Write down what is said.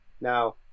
Now